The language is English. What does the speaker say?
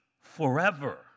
forever